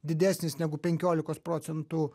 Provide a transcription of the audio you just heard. didesnis negu penkiolikos procentų